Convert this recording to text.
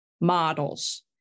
models